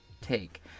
take